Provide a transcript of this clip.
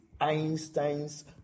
Einstein's